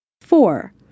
Four